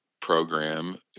program